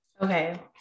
Okay